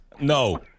No